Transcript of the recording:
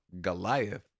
goliath